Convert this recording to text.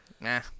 Nah